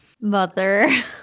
Mother